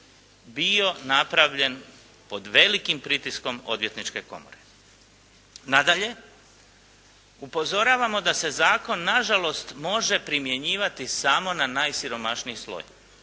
bio napravljen pod velikim pritiskom odvjetničke komore. Nadalje, upozoravamo da se zakon na žalost može primjenjivati samo na najsiromašniji sloj,